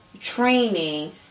Training